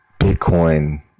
Bitcoin